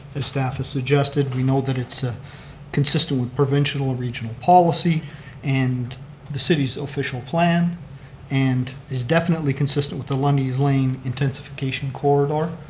the staff has suggested we know that it's ah consistent with preventional regional policy and the city's official plan and is definitely consistent with the lundy's lane intensification corridor.